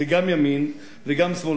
זה גם ימין וגם שמאל.